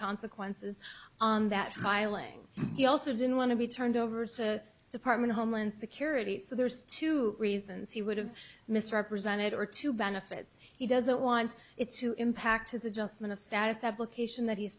consequences on that tiling he also didn't want to be turned over to department of homeland security so there's two reasons he would have misrepresented or two benefits he doesn't want it to impact his adjustment of status application that he